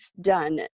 done